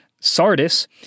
Sardis